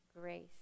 grace